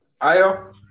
Ayo